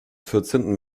vierzehnten